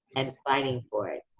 and fighting for it.